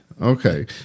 Okay